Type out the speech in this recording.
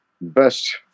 best